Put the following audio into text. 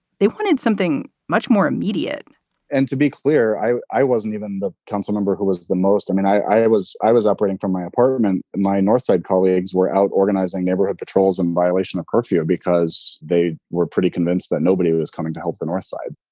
they wanted something much more immediate and to be clear, i i wasn't even the council member who was was the most. i mean, i i was i was operating from my apartment. my northside colleagues were out organizing neighborhood patrols in violation of curfew because they were pretty convinced that nobody was coming to help the north